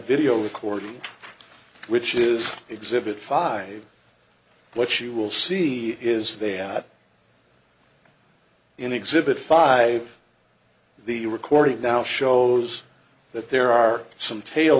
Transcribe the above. video recorder which is exhibit five what you will see is they had in exhibit five the recording now shows that there are some tail